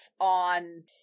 on